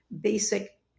basic